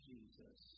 Jesus